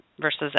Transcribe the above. versus